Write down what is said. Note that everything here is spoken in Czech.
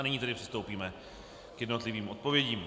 Nyní přistoupíme k jednotlivým odpovědím.